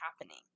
happening